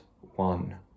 one